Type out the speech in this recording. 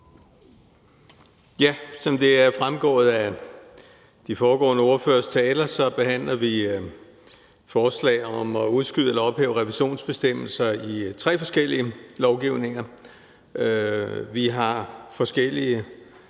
Som det er fremgået af de foregående ordføreres taler, behandler vi et forslag om at udskyde eller ophæve revisionsbestemmelser i tre forskellige lovgivninger. Vi har forskellige